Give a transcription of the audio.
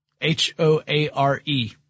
H-O-A-R-E